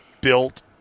built